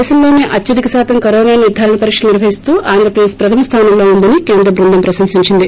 దేశంలోసే అత్యధిక శాతం కరోనా నిర్దారణ పరీక్షలు నిర్వహిస్తూ ఆంధ్రప్రదేశ్ ప్రధమ స్లానంలో ఉందని కేంద్ర బృందం ప్రశంసించింది